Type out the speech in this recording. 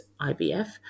IVF